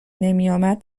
نمیآمد